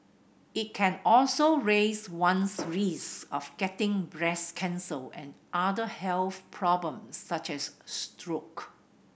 it can also raise one's risk of getting breast cancer and other health problems such as stroke